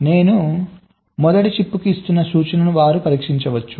నేను మొదటి చిప్కు ఇస్తున్న సూచనలను వారు పరీక్షించవచ్చు